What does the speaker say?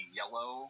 yellow